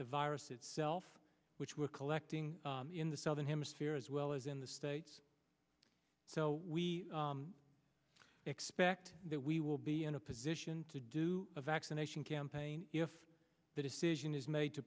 the virus itself which we're collecting in the southern hemisphere as well as in the states so we expect that we will be in a position to do a vaccination campaign if the decision is made to